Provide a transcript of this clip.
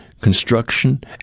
Construction